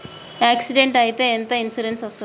Accident అయితే ఎంత insurance వస్తది?